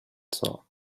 sock